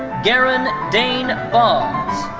garren dayn boggs.